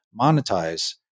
monetize